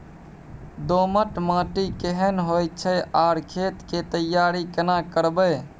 दोमट माटी केहन होय छै आर खेत के तैयारी केना करबै?